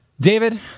David